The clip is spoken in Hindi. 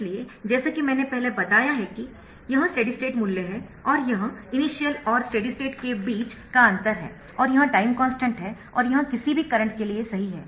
इसलिए जैसा कि मैंने पहले ही बताया है यह स्टेडी स्टेट मूल्य है और यह इनिशियल और स्टेडी स्टेट के बीच का अंतर है और यह टाइम कॉन्स्टन्ट है और यह किसी भी करंट के लिए सही है